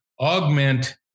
augment